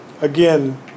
Again